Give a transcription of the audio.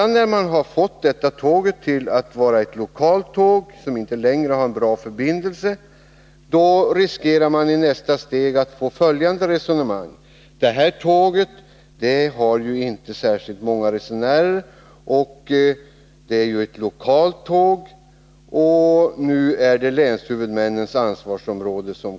När man har fått detta tåg till att vara ett lokalt tåg, som inte längre har någon bra förbindelse, finns det risk för följande resonemang i nästa steg: Det här tåget har inte särskilt många resenärer. Det är ju ett lokalt tåg och hör alltså hemma under länshuvudmännens ansvarsområde.